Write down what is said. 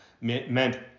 meant